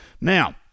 Now